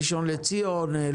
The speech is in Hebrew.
ראשון לציון,